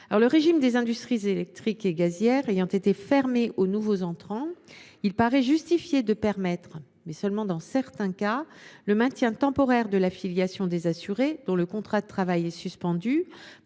Le régime des industries électriques et gazières ayant été fermé aux nouveaux entrants, il paraît justifié de permettre – mais seulement dans certains cas –, le maintien temporaire de l’affiliation des assurés dont le contrat de travail est suspendu,